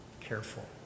careful